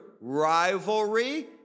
rivalry